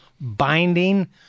binding